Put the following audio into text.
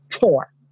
Four